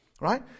right